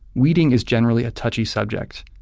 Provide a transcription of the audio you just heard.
weeding is generally a touchy subject.